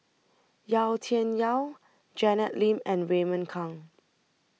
Yau Tian Yau Janet Lim and Raymond Kang